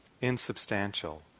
insubstantial